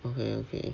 okay okay